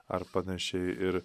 ar panašiai ir